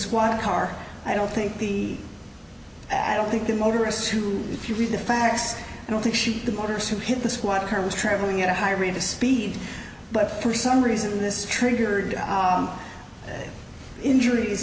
squad car i don't think the i don't think the motorists who if you read the facts don't think she's the mortars who hit the squad car was traveling at a high rate of speed but for some reason this triggered injuries